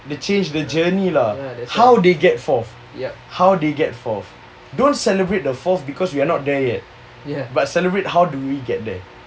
the change the journey lah how they get fourth how they get fourth don't celebrate the fourth because we are not there yet but celebrate how do we get there